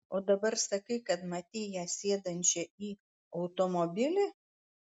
o dabar sakai kad matei ją sėdančią į automobilį